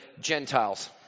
Gentiles